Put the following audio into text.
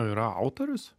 yra autorius